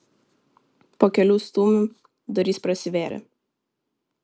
po kelių stūmių durys prasivėrė